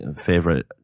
favorite